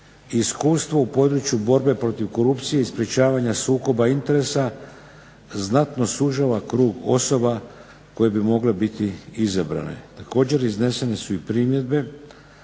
iskustvo u području borbe protiv korupcije i sprječavanja sukoba interesa znatno sužava krug osoba koje bi mogle biti izabrane. Također iznesene su i primjedbe